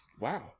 Wow